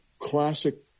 Classic